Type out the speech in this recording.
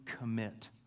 commit